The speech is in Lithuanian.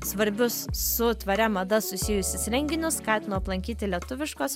svarbius su tvaria mada susijusius renginius skatinu aplankyti lietuviškos